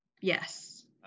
Yes